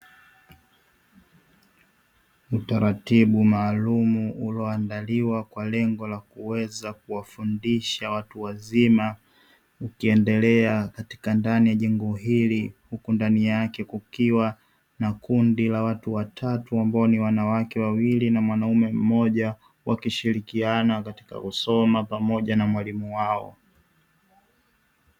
Utaratibu maalum uloandaliwa kwa lengo la kuweza kuwafundisha watu wazima ukiendelea katika ndani ya jengo hili, huku ndani yake kukiwa na kundi la watu watatu ambao ni wanawake wawili na mwanamume mmoja, wakishirikiana katika kusoma pamoja na mwalimu wao.